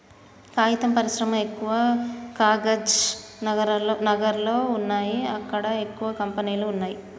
కాగితం పరిశ్రమ ఎక్కవ కాగజ్ నగర్ లో వున్నాయి అక్కడ ఎక్కువ కంపెనీలు వున్నాయ్